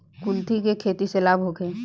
कुलथी के खेती से लाभ होखे?